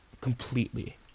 completely